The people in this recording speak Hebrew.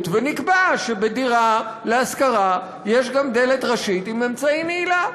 ונקבע שבדירה להשכרה יש גם דלת ראשית עם אמצעי נעילה.